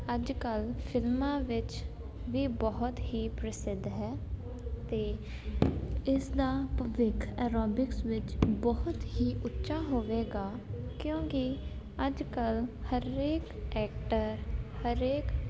ਅੱਜ ਕੱਲ੍ਹ ਫਿਲਮਾਂ ਵਿੱਚ ਵੀ ਬਹੁਤ ਹੀ ਪ੍ਰਸਿੱਧ ਹੈ ਅਤੇ ਇਸ ਦਾ ਭਵਿੱਖ ਐਰੋਬਿਕਸ ਵਿੱਚ ਬਹੁਤ ਹੀ ਉੱਚਾ ਹੋਵੇਗਾ ਕਿਉਂਕਿ ਅੱਜ ਕੱਲ੍ਹ ਹਰੇਕ ਐਕਟਰ ਹਰੇਕ